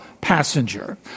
passenger